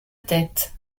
tête